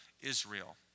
Israel